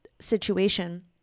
situation